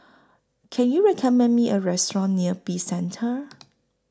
Can YOU recommend Me A Restaurant near Peace Centre